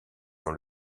dans